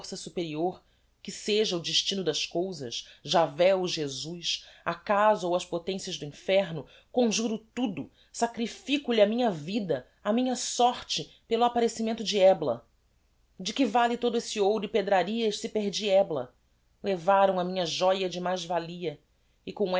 superior que seja o destino das cousas jahvé ou jesus acaso ou as potencias do inferno conjuro tudo sacrifico lhe a minha vida a minha sorte pelo apparecimento d'ebla de que vale todo esse ouro e pedrarias se perdi ebla levaram a minha joia de mais valia e com